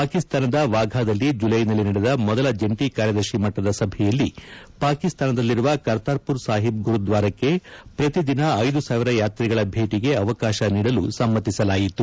ಪಾಕಿಸ್ತಾನದ ವಾಘಾದಲ್ಲಿ ಜುಲ್ಶೈನಲ್ಲಿ ನಡೆದ ಮೊದಲ ಜಂಟಿ ಕಾರ್ಯದರ್ಶಿ ಮಟ್ಟದ ಸಭೆಯಲ್ಲಿ ಪಾಕಿಸ್ತಾನದಲ್ಲಿರುವ ಖರ್ತಾರ್ಪುರ್ ಸಾಹಿಬ್ ಗುರುದ್ವಾರಕ್ಕೆ ಪ್ರತಿದಿನ ಐದು ಸಾವಿರ ಯಾತ್ರಿಗಳ ಭೇಟಿಗೆ ಅವಕಾಶ ನೀಡಲು ಸಮ್ಮತಿಸಲಾಯಿತು